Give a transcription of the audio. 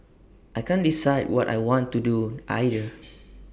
I can't decide what I want to do either